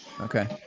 okay